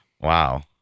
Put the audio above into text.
Wow